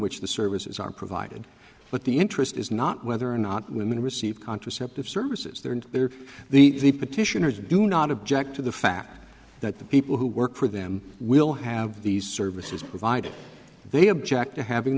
which the services are provided but the interest is not whether or not women receive contraceptive services there and there are the petitioners do not object to the fact that the people who work for them will have these services provided they object to having